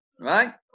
Right